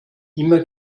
immer